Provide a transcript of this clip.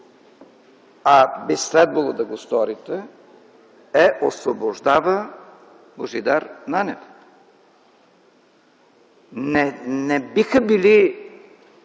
а би следвало да го сторите, е „Освобождава Божидар Нанев”. Не биха били